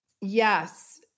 Yes